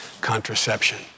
contraception